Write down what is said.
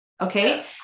Okay